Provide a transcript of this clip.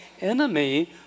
enemy